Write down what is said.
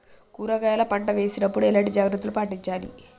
కూరగాయల పంట వేసినప్పుడు ఎలాంటి జాగ్రత్తలు పాటించాలి?